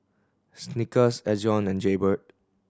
Snickers Ezion and Jaybird